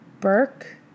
Burke